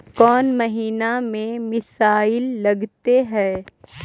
कौन महीना में मिसाइल लगते हैं?